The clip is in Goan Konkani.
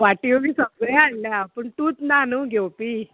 वाट्यो बी सगळे हाडला पूण तूंच ना न्हू घेवपी